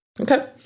okay